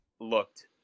looked